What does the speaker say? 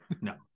No